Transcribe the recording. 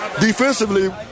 Defensively